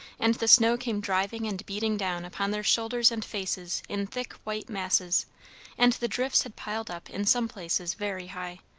and the snow came driving and beating down upon their shoulders and faces in thick white masses and the drifts had piled up in some places very high.